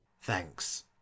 Thanks